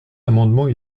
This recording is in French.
amendements